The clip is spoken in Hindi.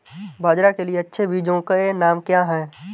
बाजरा के लिए अच्छे बीजों के नाम क्या हैं?